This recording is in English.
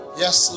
yes